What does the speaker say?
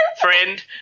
friend